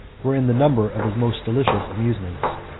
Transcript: were in the number of his most delicious amusements.